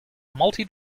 multi